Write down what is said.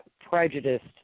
prejudiced